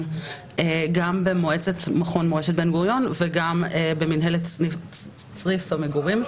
גם במועצת מכון מורשת בן-גוריון וגם במינהלת צריף המגורים.